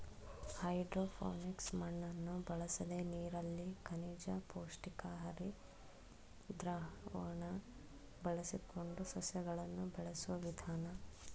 hydroponics ಮಣ್ಣನ್ನು ಬಳಸದೆ ನೀರಲ್ಲಿ ಖನಿಜ ಪುಷ್ಟಿಕಾರಿ ದ್ರಾವಣ ಬಳಸಿಕೊಂಡು ಸಸ್ಯಗಳನ್ನು ಬೆಳೆಸೋ ವಿಧಾನ